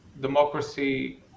democracy